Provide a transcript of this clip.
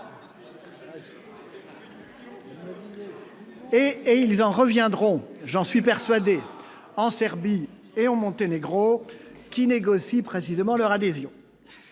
Et ils en reviendront, j'en suis persuadé en Serbie et en Monténégro qui négocient précisément leur adhésion,